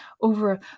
over